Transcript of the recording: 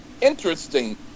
interesting